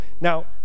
Now